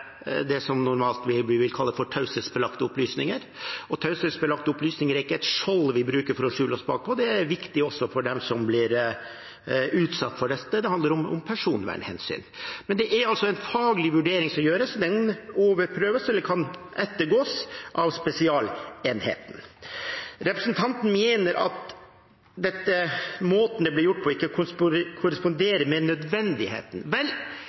det som vi normalt vil kalle taushetsbelagte opplysninger, og taushetsbelagte opplysninger er ikke et skjold vi bruker til å skjule oss bak. Det er viktig også for dem som blir utsatt for dette, det handler om personvernhensyn. Men det er en faglig vurdering som gjøres, og den overprøves, eller kan ettergås, av Spesialenheten. Representanten mener at måten det ble gjort på, ikke korresponderer med nødvendigheten. Vel,